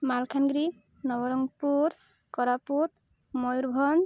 Malkangiri Nabarangpur Koraput Mayurbhanj